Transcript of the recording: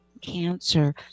Cancer